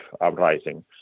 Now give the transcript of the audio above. uprising